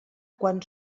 quan